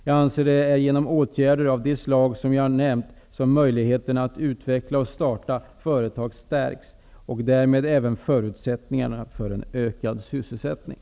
Jag anser att det är genom åtgärder av de slag jag har nämnt som möjligheterna att utveckla och starta företag stärks och därmed även förutsättningarna för en ökad sysselsättning.